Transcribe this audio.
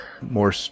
more